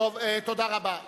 תודה רבה.